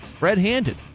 red-handed